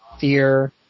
Fear